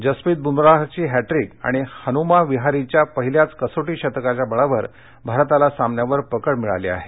जसपित बुमराहची हस्त्रिक आणि हनुमा विहारीच्या पहिल्याच कसोटी शतकाच्या बळावर भारताला सामन्यावर पकड मिळाली आहे